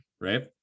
right